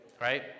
Right